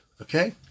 okay